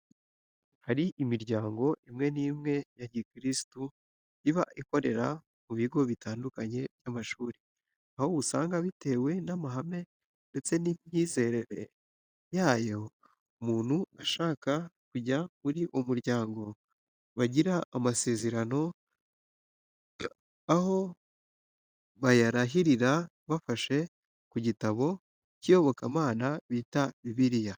Hari imiryango imwe n'imwe ya gikirisitu iba ikorera mu bigo bitandukanye by'amashuri, aho usanga bitewe n'amahame ndetse n'imyizerere yayo umuntu ushaka kujya muri uwo muryango bagira amasezerano, aho bayarahirira bafashe ku gitabo cy'iyobokamana bita Bibiliya.